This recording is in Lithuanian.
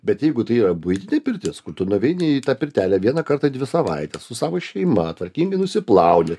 bet jeigu tai yra buitinė pirtis kur tu nuveini į tą pirtelę vieną kartą į dvi savaites su savo šeima tvarkingi nusiplauni